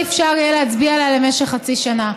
אי-אפשר יהיה להצביע עליה למשך חצי שנה.